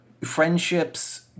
friendships –